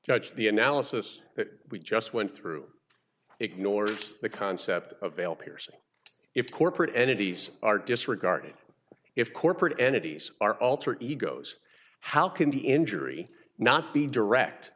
judge the analysis that we just went through ignores the concept of veil piercing if corporate entities are disregarded if corporate entities are alter egos how can the injury not be direct